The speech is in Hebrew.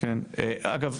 אגב,